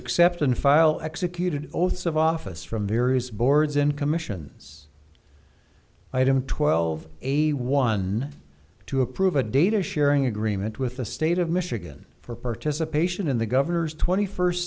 accept and file executed oaths of office from various boards and commissions item twelve eighty one to approve a data sharing agreement with the state of michigan for participation in the governor's twenty first